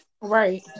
Right